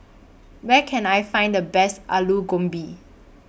Where Can I Find The Best Alu Gobi